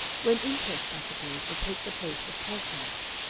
when interest, i suppose, will take the place of passions.